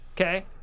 Okay